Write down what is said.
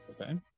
Okay